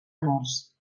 morts